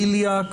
חבר הכנסת בליאק